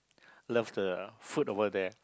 love the food over there